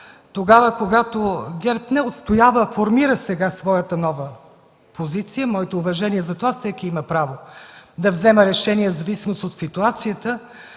тогава, когато ГЕРБ не отстоява, а формира сега своята нова позиция, моите уважения за това, всеки има право да вземе решение в зависимост от ситуацията,